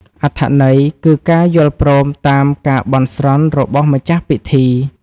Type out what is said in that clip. អត្ថន័យគឺការយល់ព្រមតាមការបន់ស្រន់របស់ម្ចាស់ពិធី។